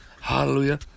Hallelujah